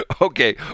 Okay